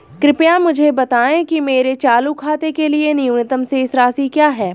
कृपया मुझे बताएं कि मेरे चालू खाते के लिए न्यूनतम शेष राशि क्या है?